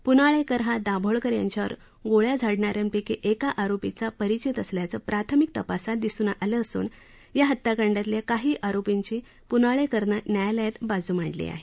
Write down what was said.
प्नाळेकर हा दाभोळकर यांच्यावर गोळ्या झाडणाऱ्यांपैकी एका आरोपीचा परिचित असल्याचं प्राथमिक तपासात दिसून आलं असून या हत्याकांडातल्या काही आरोपींची प्नाळेकरनं न्यायालयात बाजू मांडली आहे